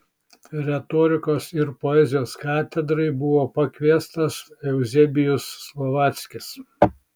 retorikos ir poezijos katedrai buvo pakviestas euzebijus slovackis